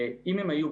שאם הם היו,